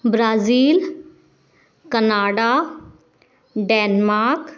Brazil Canada Denmark